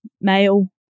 male